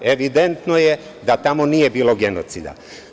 Evidentno je da tamo nije bilo genocida.